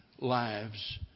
lives